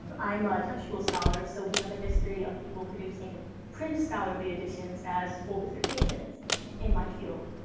um i'm a textual scholar, so we have a history of people producing print scholarly editions as full dissertations in my field.